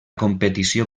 competició